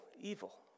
evil